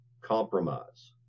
compromise